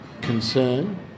concern